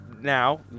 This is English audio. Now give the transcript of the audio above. now